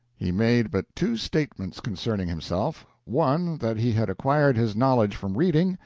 he made but two statements concerning himself one, that he had acquired his knowledge from reading,